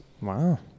Wow